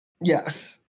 Yes